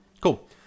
cool